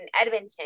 Edmonton